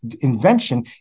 invention